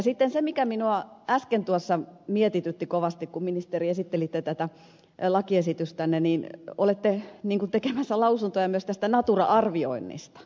sitten se mikä minua äsken tuossa mietitytti kovasti kun ministeri esittelitte tätä lakiesitystänne oli että olette ikään kuin tekemässä lausuntoja myös tästä natura arvioinnista